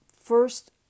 first